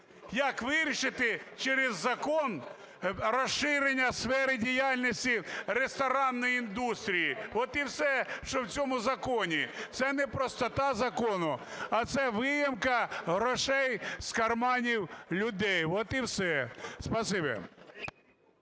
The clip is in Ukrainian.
як вирішити через закон розширення сфери діяльності ресторанної індустрії. От і все, що в цьому законі. Це не простота закону, а це виїмка грошей з карманів людей. От і все.